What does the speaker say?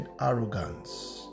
arrogance